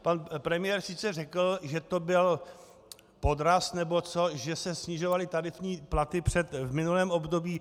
Pan premiér sice řekl, že to byl podraz nebo co, že se snižovaly tarifní platy v minulém období.